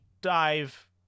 dive